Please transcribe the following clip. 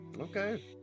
Okay